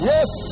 Yes